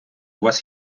вас